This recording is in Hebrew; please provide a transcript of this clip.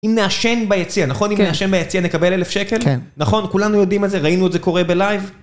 אם נעשן ביציע, נכון? כן. אם נעשן ביציע נקבל אלף שקל. כן. נכון? כולנו יודעים את זה, ראינו את זה קורה בלייב.